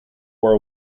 war